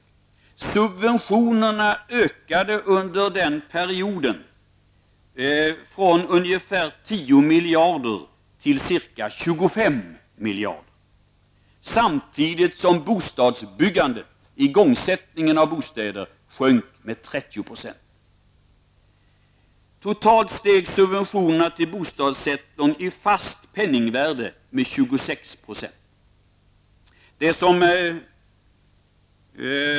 De ökade subventionerna under den perioden från ungefär 10 miljarder till ca 25 miljarder, samtidigt som igångsättningen av byggandet av nya bostäder minskade med 30 %. Totalt steg subventionerna till bostadssektorn i fast penningvärde med 26 %.